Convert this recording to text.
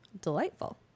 delightful